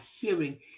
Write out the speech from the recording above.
hearing